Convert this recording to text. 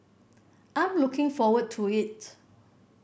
I'm looking forward to it